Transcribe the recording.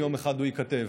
אם יום אחד הוא ייכתב.